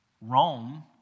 Rome